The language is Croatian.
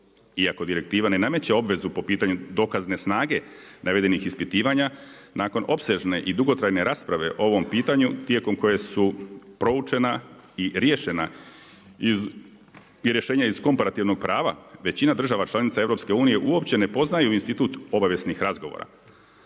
Iako direktiva ne nameće obvezu po pitanju dokazne snage navedenih ispitivanja, nakon opsežne i dugotrajne rasprave o ovom pitanju, tijekom koje su proučena i riješena iz rješenja iz Komparativnog prava, većina država članica EU-a, uopće ne poznaju institut obavijesnih razgovora